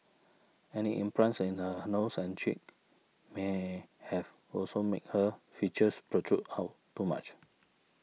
any implants in her nose and chin may have also made her features protrude out too much